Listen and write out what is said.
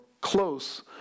close